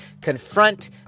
confront